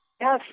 Yes